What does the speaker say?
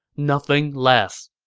nothing less.